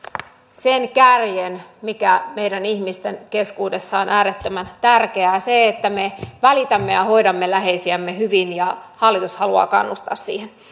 sen kärjen mikä meidän ihmisten keskuudessa on äärettömän tärkeä sen että me välitämme ja hoidamme läheisiämme hyvin ja hallitus haluaa kannustaa siihen